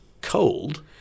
cold